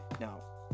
Now